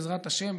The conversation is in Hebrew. בעזרת השם,